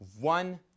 one